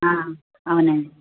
అవునండి